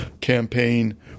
campaign